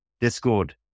Discord